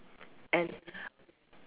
and